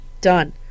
done